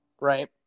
Right